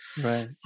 Right